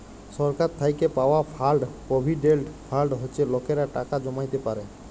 সরকার থ্যাইকে পাউয়া fund provident fund হছে লকেরা টাকা জ্যমাইতে পারে